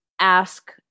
ask